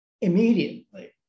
immediately